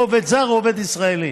או עובד זר או עובד ישראלי.